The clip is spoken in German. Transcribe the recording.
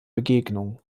begegnung